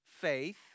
faith